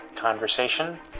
conversation